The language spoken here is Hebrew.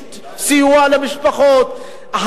סיוע למשפחות,